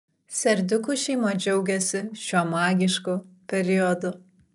serdiukų šeima džiaugiasi šiuo magišku periodu